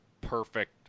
perfect